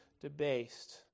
debased